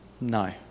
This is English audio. No